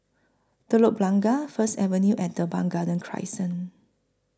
Telok Blangah First Avenue and Teban Garden Crescent